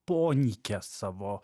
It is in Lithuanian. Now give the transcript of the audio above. ponykia savo